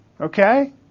Okay